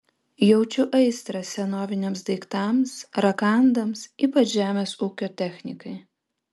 jaučiu aistrą senoviniams daiktams rakandams ypač žemės ūkio technikai